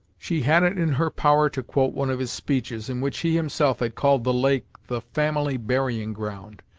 she had it in her power to quote one of his speeches, in which he himself had called the lake the family burying ground,